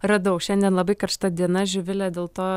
radau šiandien labai karšta diena živile dėl to